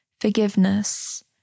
forgiveness